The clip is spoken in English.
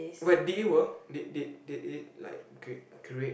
but did it work did did did it like create create